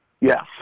Yes